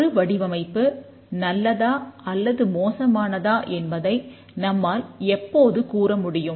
ஒரு வடிவமைப்பு நல்லதா அல்லது மோசமானதா என்பதை நம்மால் எப்போது கூற முடியும்